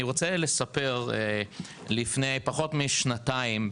אני רוצה לספר שלפני פחות משנתיים,